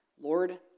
Lord